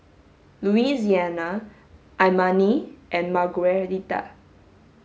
Louisiana Imani and Margueritta